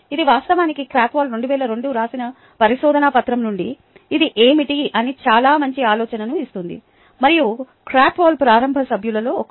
ఇది వాస్తవానికి క్రాత్వోల్ 2002 రాసిన పరిశోదన పత్రం నుండి ఇది ఏమిటి అని చాలా మంచి ఆలోచనను ఇస్తుంది మరియు కాత్వోల్ ప్రారంభ సభ్యులలో ఒకరు